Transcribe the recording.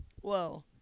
Whoa